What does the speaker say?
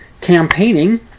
campaigning